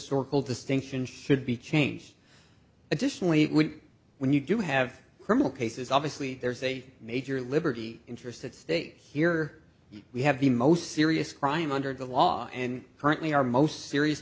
historical distinction should be changed additionally when you do have criminal cases obviously there's a major liberty interest at stake here we have the most serious crime under the law and currently our most serious